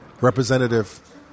representative